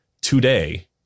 today